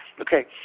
Okay